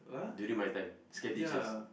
during my time scare teachers